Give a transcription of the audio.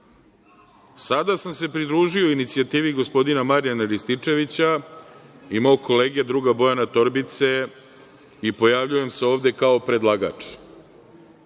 Sada sam se pridružio inicijativi gospodina Marijana Rističevića i mog kolege druga Bojana Torbice i pojavljujem se ovde kao predlagač